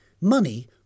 Money